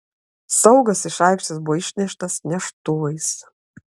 saugas iš aikštės buvo išneštas neštuvais